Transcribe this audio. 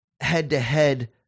head-to-head